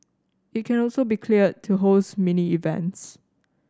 it can also be cleared to host mini events